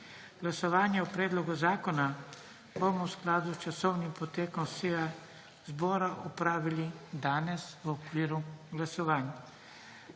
Glasovanje o predlogu zakona bomo v skladu s časovnim potekom seje Državnega zbora opravili danes v okviru glasovanj.